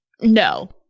No